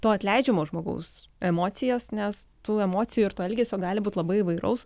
to atleidžiamo žmogaus emocijas nes tų emocijų ir to elgesio gali būti labai įvairaus